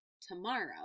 tomorrow